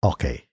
Okay